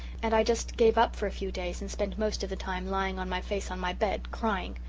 and i just gave up for a few days and spent most of the time lying on my face on my bed, crying.